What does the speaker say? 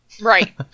Right